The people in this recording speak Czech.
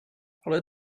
ale